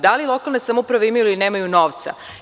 Da li lokalne samouprave imaju ili nemaju novca?